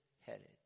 headed